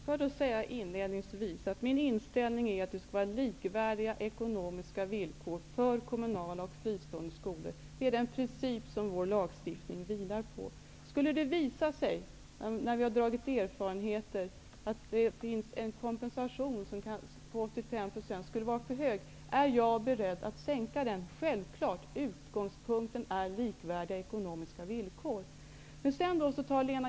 Herr talman! Får jag inledningsvis säga att min inställning är att det skall vara likvärdiga ekonomiska villkor för kommunala och fristående skolor. Det är den princip som vår lagstiftning vilar på. Skulle det visa sig, när vi har dragit erfarenheter av detta, att en kompensation på 85 % skulle vara för hög, är jag beredd att sänka den. Det är självklart. Utgångspunkten är likvärdiga ekonomiska villkor.